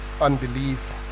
unbelief